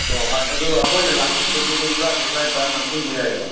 ꯑꯣ ꯑꯗꯣ ꯑꯩꯈꯣꯏꯅ ꯂꯥꯡꯁꯟꯕꯗꯤ ꯑꯗꯨꯝ ꯇ꯭ꯔꯥꯇ꯭ꯔꯦꯠ ꯇ꯭ꯔꯥꯏꯝꯄꯥꯟ ꯂꯥꯡꯁꯤꯟꯕ ꯌꯥꯏꯑꯕ